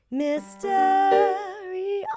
mystery